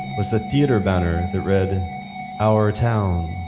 was the theater banner that read our town.